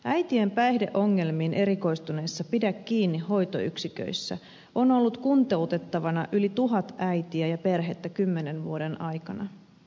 äitien päihdeongelmiin erikoistuneissa pidä kiinni hoitoyksiköissä on ollut kuntoutettavana yli tuhat äitiä ja perhettä kymmenen vuoden aikana